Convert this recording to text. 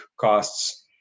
costs